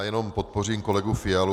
Jenom podpořím kolegu Fialu.